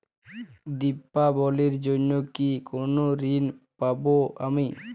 দীপাবলির জন্য কি কোনো ঋণ পাবো আমি?